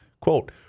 Quote